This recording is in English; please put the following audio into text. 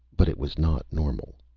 but it was not normal.